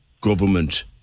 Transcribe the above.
government